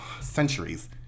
centuries